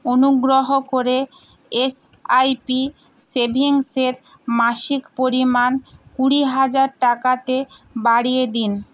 অনুগ্রহ করে এসআইপি সেভিংসের মাসিক পরিমাণ কুড়ি হাজার টাকাতে বাড়িয়ে দিন